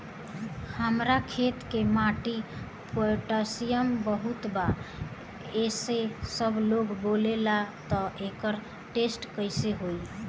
हमार खेत के माटी मे पोटासियम बहुत बा ऐसन सबलोग बोलेला त एकर टेस्ट कैसे होई?